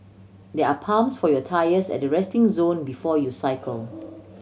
there are pumps for your tyres at the resting zone before you cycle